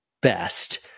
best